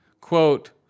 Quote